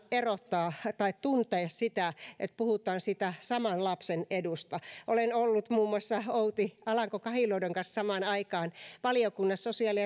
erottaa tai tuntea sitä että puhutaan siitä saman lapsen edusta olen ollut muun muassa outi alanko kahiluodon kanssa samaan aikaan sosiaali